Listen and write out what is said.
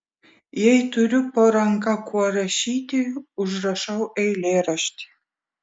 jei turiu po ranka kuo rašyti užrašau eilėraštį